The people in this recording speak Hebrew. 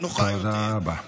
תודה רבה.